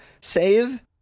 save